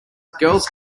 girls